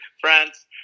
France